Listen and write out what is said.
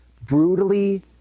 brutally